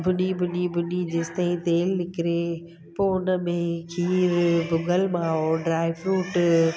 भुञी भुञी भुञी जेसताईं तेल निकिरे पोइ हुन में गिहु भुॻल माओ ड्रायफ्रूट